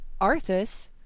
Arthas